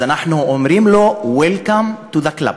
אז אנחנו אומרים לו: Welcome to the club.